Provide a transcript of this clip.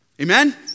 Amen